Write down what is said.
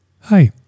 Hi